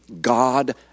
God